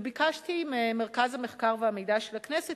וביקשתי ממרכז המחקר והמידע של הכנסת